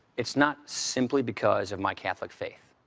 it's not simply because of my catholic faith.